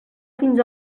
fins